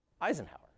Eisenhower